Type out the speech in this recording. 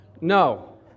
No